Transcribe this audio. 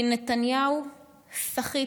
כי נתניהו סחיט.